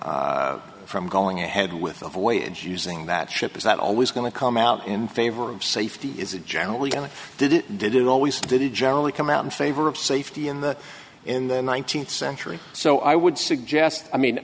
from going ahead with the voyage using that ship is not always going to come out in favor of safety is it generally done did it did it always did it generally come out in favor of safety in the in the nineteenth century so i would suggest i mean